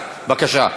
בבקשה.